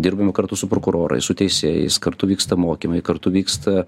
dirbame kartu su prokurorais su teisėjais kartu vyksta mokymai kartu vyksta